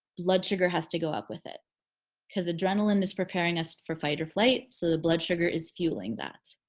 blood sugar has to go up with it cause adrenaline is preparing us for fight-or-flight so the blood sugar is fueling that.